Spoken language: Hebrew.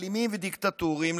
אלימים ודיקטטוריים,